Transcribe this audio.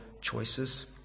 choices